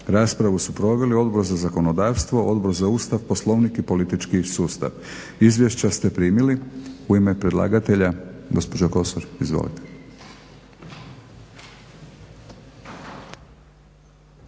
Raspravu su proveli Odbor za zakonodavstvo, Odbor za Ustav, Poslovnik i politički sustav. Izvješća ste primili. U ime predlagatelja, gospođa Kosor. Izvolite.